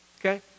Okay